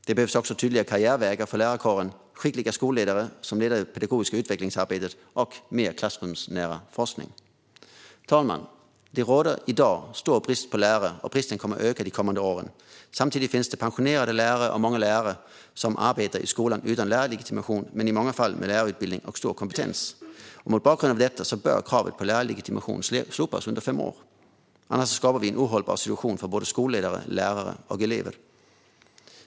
Det behövs också tydliga karriärvägar för lärarkåren, skickliga skolledare som leder det pedagogiska utvecklingsarbetet och mer klassrumsnära forskning. Fru talman! Det råder i dag stor brist på lärare, och bristen kommer att öka de kommande åren. Samtidigt finns det pensionerade lärare och många lärare som arbetar i skolan utan lärarlegitimation men i många fall med lärarutbildning och stor kompetens. Mot bakgrund av detta bör kravet på lärarlegitimation slopas under fem år. Annars skapar vi en ohållbar situation för skolledare, lärare och elever.